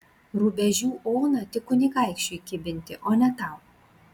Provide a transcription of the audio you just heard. rubežių oną tik kunigaikščiui kibinti o ne tau